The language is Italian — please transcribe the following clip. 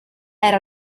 era